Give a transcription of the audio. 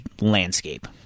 landscape